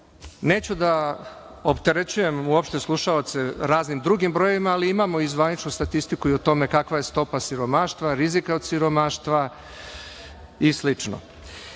ne. Neću da opterećujem uopšte slušaoce raznim drugim brojevima, ali imamo i zvaničnu statistiku o tome kakva je stopa siromaštva, rizika od siromaštva i